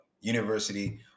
university